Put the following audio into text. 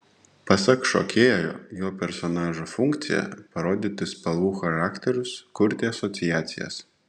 pasak šokėjo jo personažo funkcija parodyti spalvų charakterius kurti asociacijas